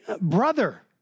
brother